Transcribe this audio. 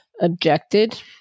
objected